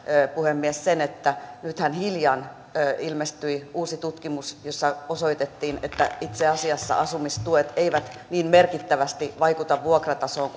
puhemies sen että nythän hiljan ilmestyi uusi tutkimus jossa osoitettiin että itse asiassa asumistuet eivät niin merkittävästi vaikuta vuokratasoon